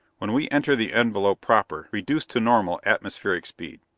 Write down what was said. when we enter the envelope proper, reduce to normal atmospheric speed.